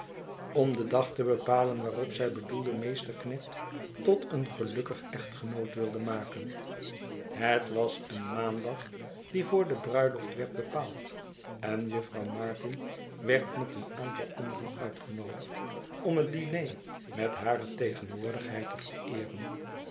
om den dag te bepalen waarop zij bedoelden meesterknecht tot een gelukkig echtgenoot wilde maken het was een maandag die voor de bruiloft werd bepaald en jufvrouw martin werd met een aantal anderen uitgenoodigd om het diner met hare tegenwoordigheid te vereeren